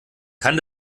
kann